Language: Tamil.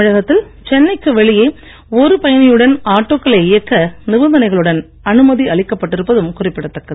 தமிழகத்தில் சென்னைக்கு வெளியே ஒரு பயணியுடன் ஆட்டோக்களை இயக்க நிபந்தனைகளுடன் அனுமதி அளிக்கப் பட்டிருப்பதும் குறிப்பிடத் தக்கது